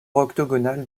octogonale